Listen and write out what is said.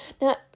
Now